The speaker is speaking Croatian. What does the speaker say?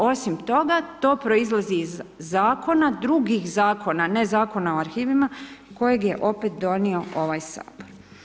Osim, toga, to proizlazi iz zakona, drugih zakona, ne Zakona o arhivima, kojega je opet donio ovaj Sabor.